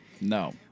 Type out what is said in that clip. no